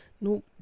No